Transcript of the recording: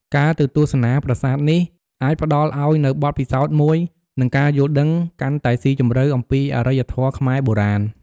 ការទៅទស្សនាប្រាសាទនេះ អាចផ្តល់ឲ្យនូវបទពិសោធន៍មួយ និងការយល់ដឹងកាន់តែស៊ីជម្រៅអំពីអរិយធម៌ខ្មែរបុរាណ។